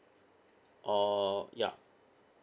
or ya